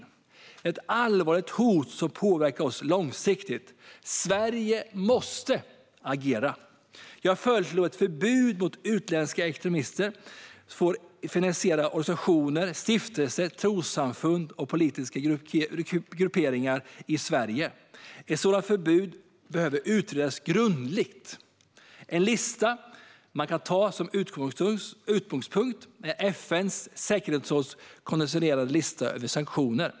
Det är ett allvarlig hot som påverkar oss långsiktigt, och Sverige måste agera. Jag föreslår ett förbud mot att utländska extremister får finansiera organisationer, stiftelser, trossamfund och politiska grupperingar i Sverige. Ett sådant förbud behöver utredas grundligt. En lista man kan ta som utgångspunkt är FN:s säkerhetsråds konsoliderade lista över sanktioner.